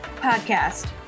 podcast